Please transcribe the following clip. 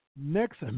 next